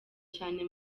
cyane